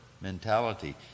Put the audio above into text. mentality